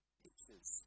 pictures